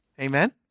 Amen